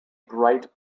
bright